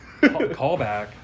Callback